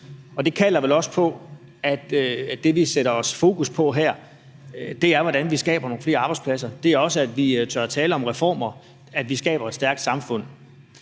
Det kalder vel også på, at det, vi skal sætte fokus på her, er, hvordan vi skaber nogle flere arbejdspladser. Det er også, at vi tør tale om reformer, og at vi skaber et stærkt samfund.